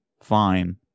fine